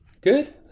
Good